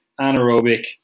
anaerobic